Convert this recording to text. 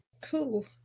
Cool